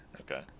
Okay